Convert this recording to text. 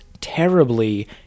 terribly